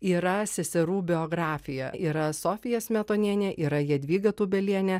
yra seserų biografija yra sofija smetonienė yra jadvyga tūbelienė